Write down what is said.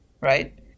right